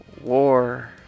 War